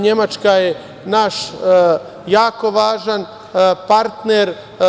Nemačka je naš jako važan partner.